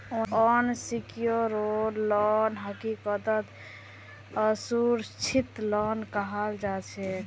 unsecured loan हकीकतत असुरक्षित loan कहाल जाछेक